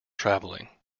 travelling